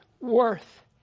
worth